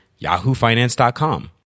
yahoofinance.com